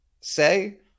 say